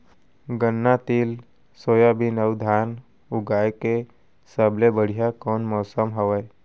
गन्ना, तिल, सोयाबीन अऊ धान उगाए के सबले बढ़िया कोन मौसम हवये?